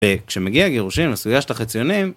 וכשמגיע הגירושים נסוייש את החציונים